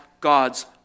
God's